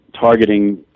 targeting